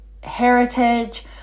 heritage